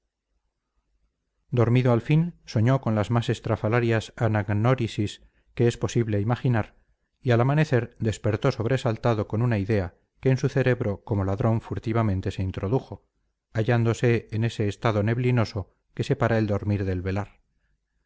dormido al fin soñó con las más estrafalarias anagnórisis que es posible imaginar y al amanecer despertó sobresaltado con una idea que en su cerebro como ladrón furtivamente se introdujo hallándose en ese estado neblinoso que separa el dormir del velar